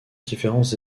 différents